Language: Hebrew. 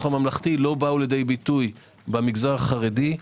הממלכתי לא באו לידי ביטוי במגזר החרדי,